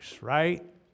right